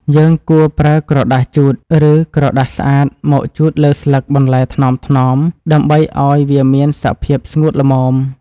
យើងគួរប្រើក្រដាសជូត ឬក្រណាត់ស្អាតមកជូតលើស្លឹកបន្លែថ្នមៗ ដើម្បីឱ្យវាមានសភាពស្ងួតល្មម។